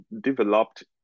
developed